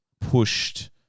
pushed